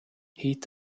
hit